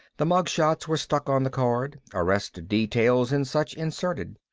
the mug shots were stuck on the card, arrest details and such inserted.